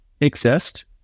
exist